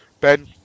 Ben